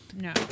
no